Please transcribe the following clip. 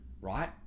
Right